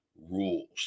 Rules